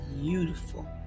beautiful